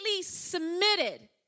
submitted